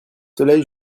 soleil